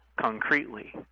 concretely